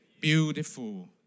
beautiful